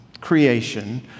creation